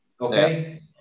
okay